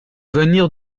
venir